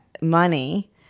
money